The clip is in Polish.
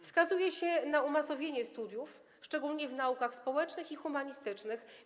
Wskazuje się na umasowienie studiów, szczególnie w naukach społecznych i humanistycznych.